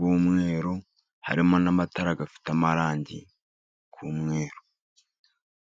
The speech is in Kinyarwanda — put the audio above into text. y'umweru. Harimo n'amatara afite amarangi y'umweru.